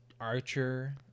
Archer